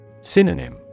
Synonym